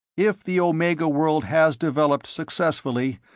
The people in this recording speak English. if the omega world has developed successfully,